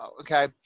okay